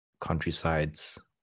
countrysides